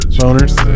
boners